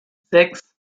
sechs